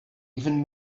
even